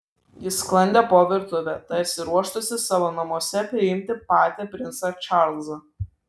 ji sklandė po virtuvę tarsi ruoštųsi savo namuose priimti patį princą čarlzą